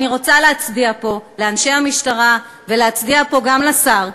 אני רוצה להצדיע פה לאנשי המשטרה וגם לשר,